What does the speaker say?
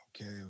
Okay